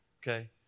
okay